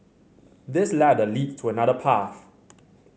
this ladder leads to another path